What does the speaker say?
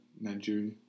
Nigeria